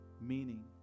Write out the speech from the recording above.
meaning